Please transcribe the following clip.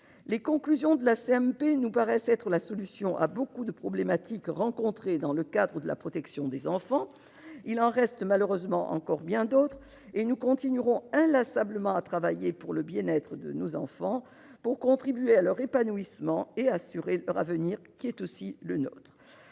la commission mixte paritaire nous paraissent la solution à nombre de problématiques rencontrées dans le cadre de la protection des enfants. Il en reste malheureusement encore bien d'autres. C'est pourquoi nous continuerons inlassablement de travailler pour le bien-être de nos enfants, pour contribuer à leur épanouissement et assurer leur avenir, qui est aussi le nôtre.